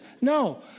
No